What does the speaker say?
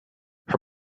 her